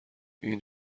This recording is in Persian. این